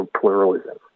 pluralism